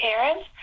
parents